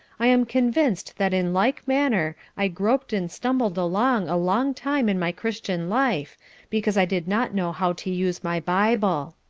i am convinced that in like manner i groped and stumbled along a long time in my christian life because i did not know how to use my bible.